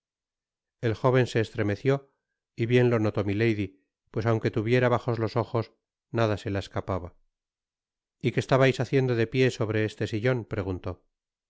el jóven se estremeció y bien lo notó milady pues aunque tuviera bajos los ojos nada se la escapaba y qué estabais haciendo de pié sobre este sillon preguntó